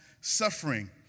suffering